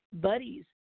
buddies